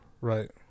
Right